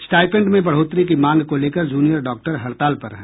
stipend में बढ़ोतरी की मांग को लेकर जूनियर डॉक्टर हड़ताल पर हैं